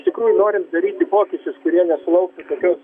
iš tikrųjų norint daryti pokyčius kurie nesulauktų tokios